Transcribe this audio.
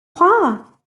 croire